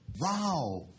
Wow